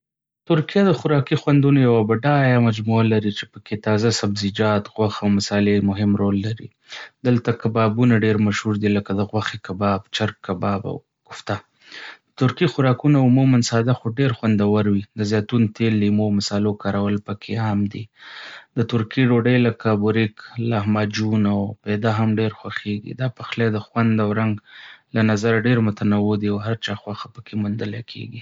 ترکیه د خوراکي خوندونو یوه بډایه مجموعه لري چې پکې تازه سبزیجات، غوښه او مصالې مهم رول لري. دلته کبابونه ډېر مشهور دي، لکه د غوښې کباب، چرګ کباب، او کوفته. د ترکی خوراکونه عموماً ساده خو ډېر خوندور وي، د زیتون تېل، لیمو، او مصالو کارول پکې عام دي. د ترکیې ډوډۍ لکه بوريک، لاهماجون، او پیده هم ډېر خوښيږي. دا پخلی د خوند او رنګ له نظره ډېر متنوع دی او د هر چا خوښه پکې موندلی کيږي.